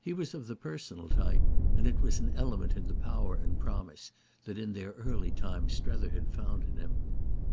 he was of the personal type and it was an element in the power and promise that in their early time strether had found in him